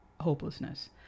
hopelessness